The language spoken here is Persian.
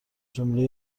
جمله